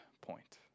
point